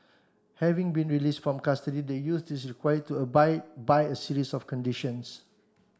having been released from custody the youth is required to abide by a series of conditions